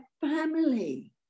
family